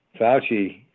Fauci